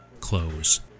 close